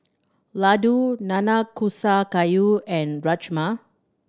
Ladoo Nanakusa Gayu and Rajma